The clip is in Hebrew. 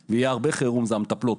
הן המטפלות.